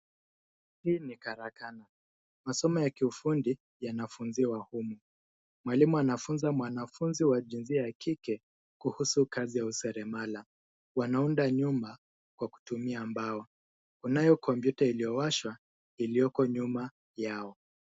Hii ni karakana. Masomo ya kiufundi yanafunziwa humo. Mwalimu anafunza mwanafunzi wa jinsia ya kike kuhusu kazi ya useremala. Wanaunda nyumba kwa kutumia mbao. Kunayo kompyuta iliyowashwa iliyoko nyuma yao.